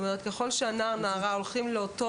כלומר אם הנער או הנערה הולכים לאותו